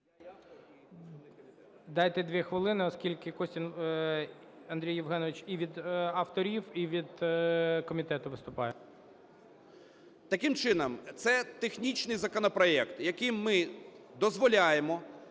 Дайте 2 хвилини, оскільки Костін Андрій Євгенович і від авторів, і від комітету виступає. 17:57:55 КОСТІН А.Є. Таким чином, це технічний законопроект, яким ми дозволяємо